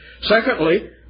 Secondly